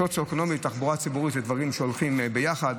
סוציו-אקונומי ותחבורה ציבורית זה דברים שהולכים ביחד.